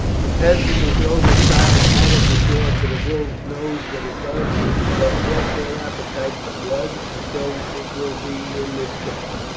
the peasant who throws a child out of the door to the wolves knows that it does but whet their appetite for blood, and so it will be in this case.